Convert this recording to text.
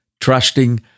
Trusting